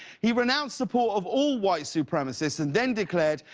he renounced support of all white supremacists and then declared,